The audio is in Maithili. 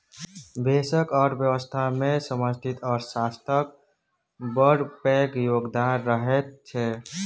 देशक अर्थव्यवस्थामे समष्टि अर्थशास्त्रक बड़ पैघ योगदान रहैत छै